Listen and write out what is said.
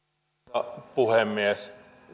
arvoisa puhemies